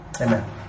Amen